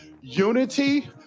unity